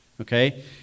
Okay